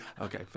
Okay